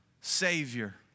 Savior